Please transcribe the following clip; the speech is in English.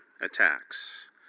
attacks